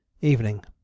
Evening